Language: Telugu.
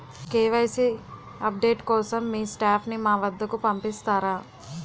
కే.వై.సీ అప్ డేట్ కోసం మీ స్టాఫ్ ని మా వద్దకు పంపిస్తారా?